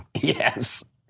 Yes